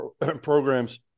programs